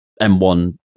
M1